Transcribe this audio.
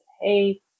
hey